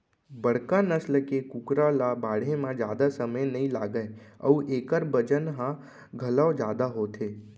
बड़का नसल के कुकरा ल बाढ़े म जादा समे नइ लागय अउ एकर बजन ह घलौ जादा होथे